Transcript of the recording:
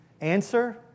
Answer